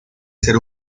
ser